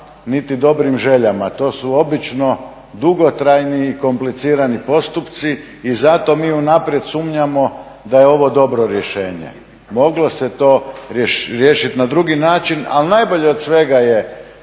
niti dobrim željama. To su obično dugotrajni i komplicirani postupci i zato mi unaprijed sumnjamo da je ovo dobro rješenje. Moglo se to riješiti na drugi način ali najbolje od svega je